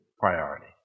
priority